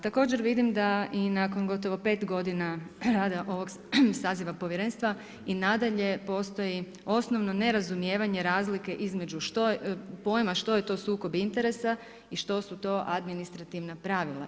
Također vidim da i nakon gotovo 5 godina rada ovog saziva povjerenstva i nadalje postoji osnovno nerazumijevanje razlike između pojma što je to sukob interesa i što su to administrativna pravila.